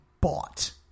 bought